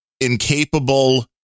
incapable